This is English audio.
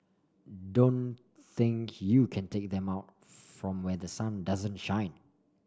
don't think you can take them out from where the sun doesn't shine